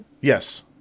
Yes